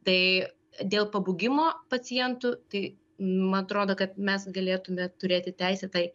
tai dėl pabūgimo pacientų tai man atrodo kad mes galėtume turėti teisę tai